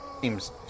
Seems